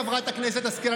חברת הכנסת השכל,